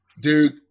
dude